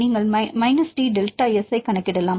நீங்கள் minus T delta S கணக்கிடலாம்